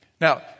Now